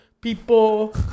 people